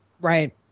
Right